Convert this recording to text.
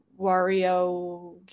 Wario